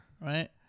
Right